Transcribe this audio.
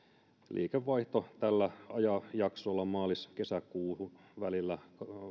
liikevaihto tällä ajanjaksolla maalis kesäkuu välillä